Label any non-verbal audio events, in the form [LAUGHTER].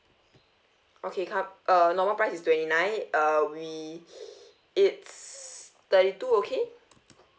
okay ca~ uh normal price is twenty nine uh we [BREATH] it's thirty two okay